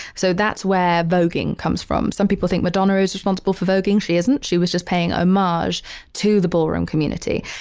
so that's where vogueing comes from. some people think madonna is responsible for voguing. she isn't. she was just paying um homage to the ballroom community.